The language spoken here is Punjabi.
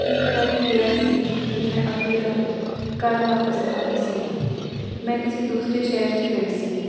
ਇੱਕ ਵਾਰੀ ਹੋਇਆ ਸੀ ਕਿ ਮੈਂ ਅੱਧੀ ਰਾਤ ਘਰ ਵਾਪਸ ਆ ਰਹੀ ਸੀ ਮੈਂ ਕਿਸੇ ਦੂਸਰੇ ਸ਼ਹਿਰ 'ਚ ਗਈ ਸੀ